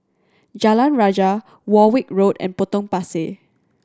Jalan Rajah Warwick Road and Potong Pasir